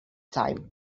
time